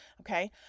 Okay